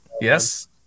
Yes